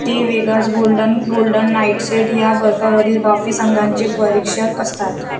त्ये वेघास golden golden नाइट्सेट या बर्फावरील बाफी संघांचे परीक्षक असतात